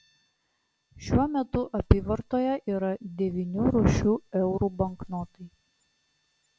šiuo metu apyvartoje yra devynių rūšių eurų banknotai